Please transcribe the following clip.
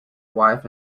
wife